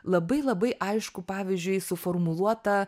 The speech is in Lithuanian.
labai labai aiškų pavyzdžiui suformuluotą